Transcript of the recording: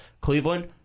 Cleveland